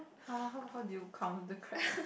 how how how do you count the crabs